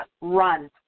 run